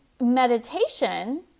meditation